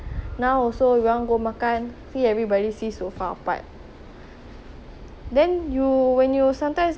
then when you sometimes like got experience or not go out with your friends then they sit so far quite troublesome right